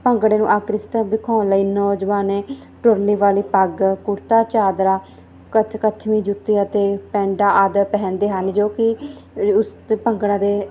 ਭੰਗੜੇ ਨੂੰ ਆਕਰਸ਼ਿਤ ਵਿਖਾਉਣ ਲਈ ਨੌਜਵਾਨ ਤੁਰਲੇ ਵਾਲੀ ਪੱਗ ਕੁੜਤਾ ਚਾਦਰਾ ਕੱਛ ਕਛਮੀ ਜੁੱਤੀ ਅਤੇ ਪੈਂਡਾ ਆਦਿ ਪਹਿਨਦੇ ਹਨ ਜੋ ਕਿ ਉਸ ਭੰਗੜਾ ਦੇ